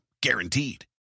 Guaranteed